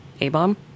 A-bomb